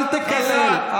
אל תקלל.